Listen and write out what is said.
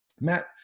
Matt